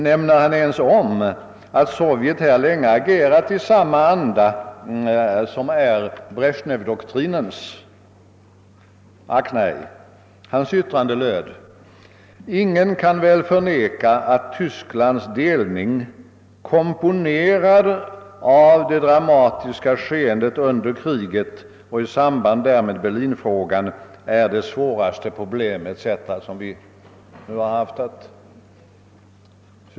Nämner han ens att Sovjet här agerat i samma anda som Brezjnevdoktrinens? Ack nej! Hans yttrande löd: »Ingen kan väl förneka att Tysklands delning, komponerad av det dramatiska skeendet under kriget och i samband därmed Berlinfrågan, är det svåraste problem« etc.